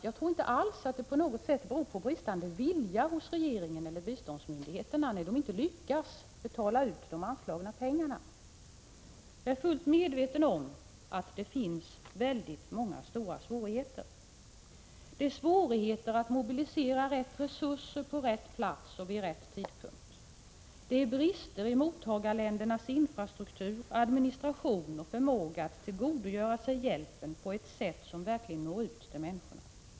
Jag tror inte alls att det beror på bristande vilja hos regeringen eller biståndsmyndigheterna att man inte lyckats betala ut de anslagna pengarna. Jag är fullt medveten om att det finns många och stora svårigheter. Det är svårigheter att mobilisera rätt resurser på rätt plats och vid rätt tidpunkt. Det är brister i mottagarländernas infrastruktur, administration och förmåga att tillgodogöra sig hjälpen så att den verkligen når ut till människorna.